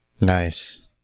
Nice